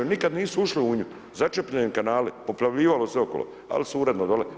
Nikad nisu ušli u nju, začepljeni kanali, poplavljivalo sve okolo ali su uredno dole.